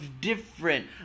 different